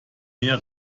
mehr